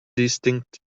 distinct